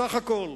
סך הכול,